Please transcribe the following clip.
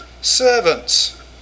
servants